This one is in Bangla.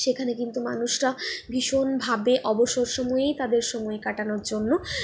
সেখানে কিন্তু মানুষরা ভীষণভাবে অবসর সময়ে তাদের সময় কাটানোর জন্য